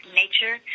nature